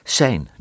zijn